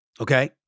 Okay